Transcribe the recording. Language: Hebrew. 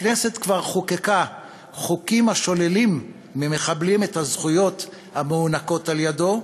הכנסת כבר חוקקה חוקים השוללים ממחבלים את הזכויות המוענקות על-ידו,